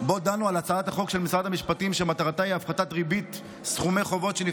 ובו דנו על הצעת החוק של משרד המשפטים שמטרתה היא הפחתת